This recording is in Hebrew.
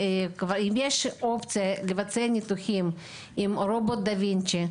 אם יש אופציה לבצע ניתוחים עם רובוט דה וינצ'י,